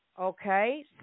okay